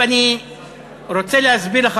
אני רוצה להסביר לך,